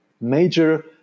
major